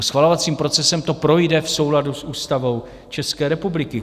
Schvalovacím procesem to projde v souladu s Ústavou České republiky.